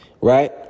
Right